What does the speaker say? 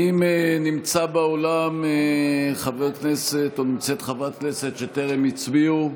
האם נמצא באולם חבר כנסת או נמצאת חברת כנסת שטרם הצביעו?